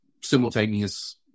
simultaneous